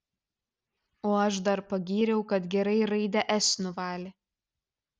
o aš dar pagyriau kad gerai raidę s nuvalė